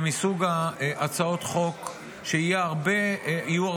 צביקה פוגל (יו"ר